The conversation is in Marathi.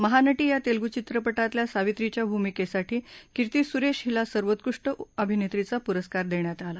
महानटी या तेलगू चित्रपटातल्या सावित्रीच्या भूमिकेसाठी कीर्ती सुरेश हीला सर्वोत्कृष्ट अभिनेत्रीचा पुरस्कार देण्यात आला